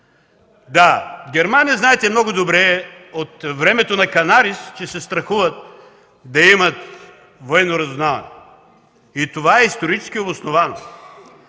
В Германия, знаете много добре, от времето на Канарис, че се страхуват да имат военно разузнаване. И това е исторически обосновано.